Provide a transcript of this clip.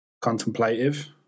contemplative